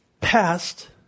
past